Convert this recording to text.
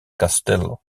castello